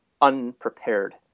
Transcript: unprepared